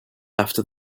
after